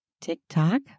TikTok